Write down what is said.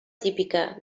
típica